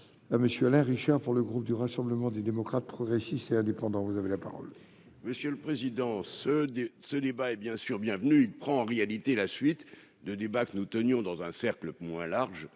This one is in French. monsieur Alain Richard pour le groupe du Rassemblement des démocrates progressistes et indépendants, vous avez la parole. Monsieur le président, ce de ce débat est bien sûr bienvenu prend en réalité la suite de débats que nous tenions dans un cercle moins large,